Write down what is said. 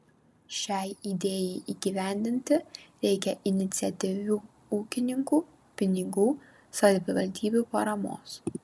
šiai idėjai įgyvendinti reikia iniciatyvių ūkininkų pinigų savivaldybių paramos